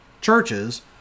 churches